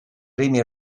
primi